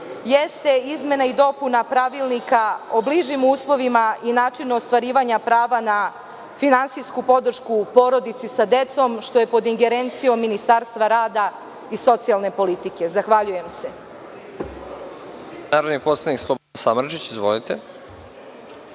jeste izmena i dopuna Pravilnika o bližim uslovima i načinu ostvarivanja prava na finansijsku podršku porodici sa decom, što je pod ingerencijom Ministarstva rada i socijalne politike. Zahvaljujem se. **Nebojša Stefanović**